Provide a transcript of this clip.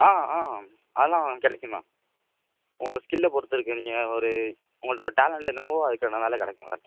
ஆ ஆ அதெல்லாம் கிடைக்குண உங்கள் ஸ்கிலில் பொறுத்துருக்கு நீங்கள் ஒரு உங்களோடய டேலண்ட் இருந்தனோ அதுக்கனால கிடைக்கும் க